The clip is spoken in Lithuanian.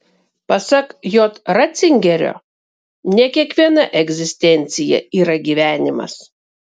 pasak j ratzingerio ne kiekviena egzistencija yra gyvenimas